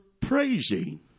praising